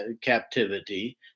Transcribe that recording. captivity